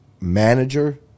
manager